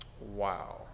wow